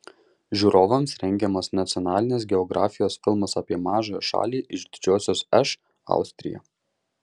žiūrovams rengiamas nacionalinės geografijos filmas apie mažąją šalį iš didžiosios š austriją